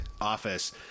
office